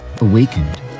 Awakened